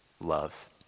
love